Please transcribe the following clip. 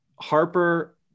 Harper